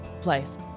place